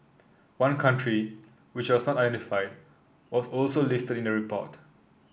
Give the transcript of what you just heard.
one country which was not identified was also listed in the report